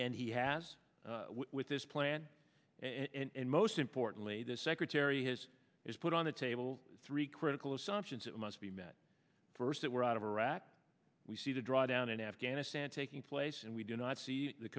and he has with this plan and most importantly the secretary has put on the table three critical assumptions that must be met first that we're out of iraq we see the drawdown in afghanistan taking place and we do not see the